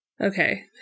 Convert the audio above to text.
okay